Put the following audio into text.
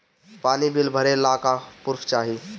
पानी बिल भरे ला का पुर्फ चाई?